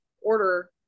order